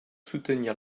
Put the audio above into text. soutenir